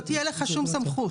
לא תהיה לך שום סמכות,